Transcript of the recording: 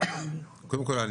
קודם כל,